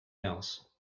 else